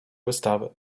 wystawy